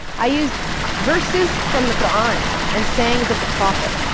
i used verses from the quran and sayings of the prophet,